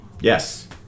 Yes